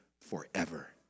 forever